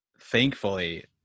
thankfully